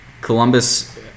Columbus